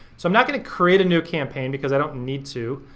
so i'm not gonna create a new campaign because i don't need to,